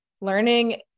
learning